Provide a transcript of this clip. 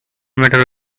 matter